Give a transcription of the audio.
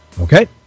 Okay